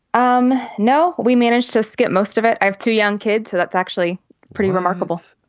um no. we managed to skip most of it. i have two young kids. that's actually pretty remarkable.